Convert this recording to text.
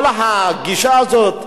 כל הגישה הזאת,